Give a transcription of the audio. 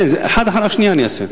אחת אחרי השנייה אני אעשה.